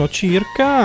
circa